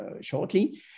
shortly